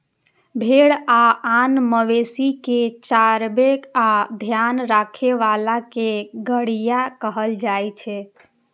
भेड़ आ आन मवेशी कें चराबै आ ध्यान राखै बला कें गड़ेरिया कहल जाइ छै